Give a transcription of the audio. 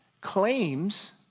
claims